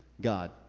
God